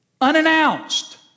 Unannounced